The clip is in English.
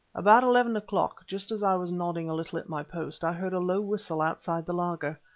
about eleven o'clock, just as i was nodding a little at my post, i heard a low whistle outside the laager.